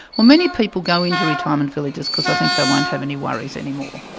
well many people go into retirement villages because they think they won't have any worries any more.